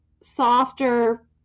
softer